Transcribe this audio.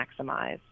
maximize